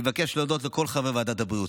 אני מבקש להודות לכל חברי ועדת הבריאות,